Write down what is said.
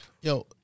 Yo